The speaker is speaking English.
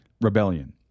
rebellion